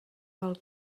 pel